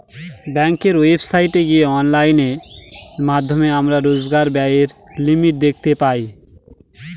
ব্যাঙ্কের ওয়েবসাইটে গিয়ে অনলাইনের মাধ্যমে আমরা রোজকার ব্যায়ের লিমিট দেখতে পাই